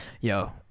Yo